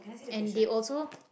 and they also